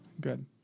Good